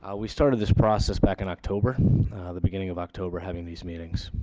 ah we started this process back in october the beginning of october having these meetings.